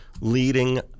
leading